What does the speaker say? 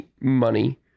money